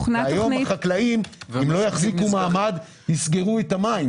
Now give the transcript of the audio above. אם החקלאים לא יחזיקו מעמד הם יסגרו את המים